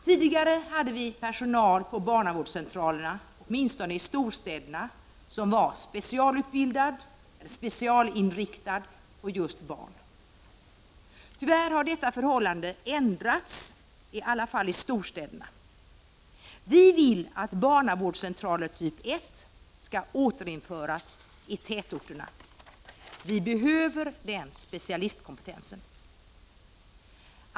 Tidigare hade vi personal på barnavårdscentralerna, åtminstone i storstäderna, som var specialutbildade och specialinriktade på barn. Tyvärr har detta förhållande ändrats, i alla fall i storstäderna. Vi vill att barnavårdscentral typ I skall återinföras i tätorterna. Den specialistkompetensen behövs.